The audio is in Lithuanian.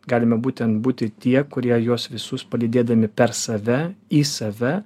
galime būtent būti tie kurie juos visus palydėdami per save į save